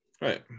Right